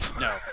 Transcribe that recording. No